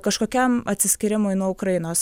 kažkokiam atsiskyrimui nuo ukrainos